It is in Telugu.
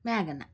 మేఘన